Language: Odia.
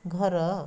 ଘର